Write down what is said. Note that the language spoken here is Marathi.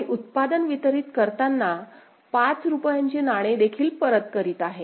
आणि उत्पादन वितरित करताना 5 रुपयांचे नाणे देखील परत करीत आहे